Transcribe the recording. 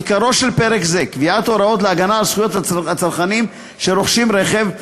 עיקרו של פרק זה הוא קביעת הוראות להגנה על זכויות הצרכנים שרוכשים רכב,